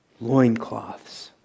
loincloths